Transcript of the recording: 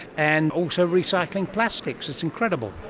and also recycling plastics. it's incredible.